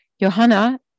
Johanna